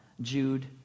Jude